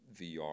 VR